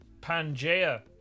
Pangea